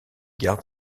gare